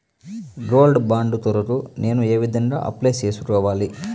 Gold bond కొరకు నేను ఏ విధంగా అప్లై సేసుకోవాలి?